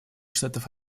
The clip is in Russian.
штатов